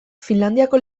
finlandiako